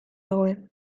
dagoen